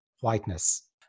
whiteness